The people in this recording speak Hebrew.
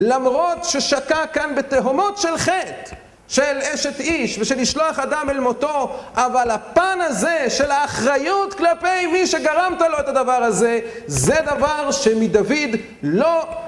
למרות ששקע כאן בתהומות של חטא של אשת איש ושל לשלוח אדם אל מותו, אבל הפן הזה של האחריות כלפי מי שגרמת לו את הדבר הזה, זה דבר שמדוד לא...